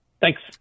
Thanks